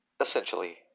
essentially